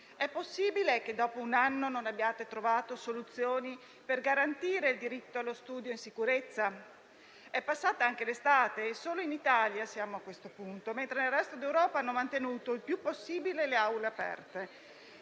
è possibile che, dopo un anno, non abbiate trovato soluzioni per garantire il diritto allo studio in sicurezza? È passata anche l'estate e solo in Italia siamo a questo punto, mentre nel resto d'Europa hanno mantenuto il più possibile le aule aperte.